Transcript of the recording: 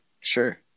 sure